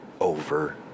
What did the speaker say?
over